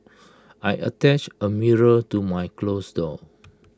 I attached A mirror to my close door